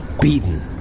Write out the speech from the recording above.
beaten